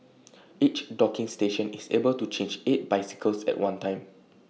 each docking station is able to charge eight bicycles at one time